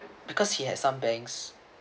because he has some banks